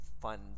fun